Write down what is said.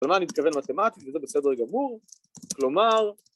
‫כלומר, אני מתכוון מתמטית ‫שזה בסדר גמור, כלומר...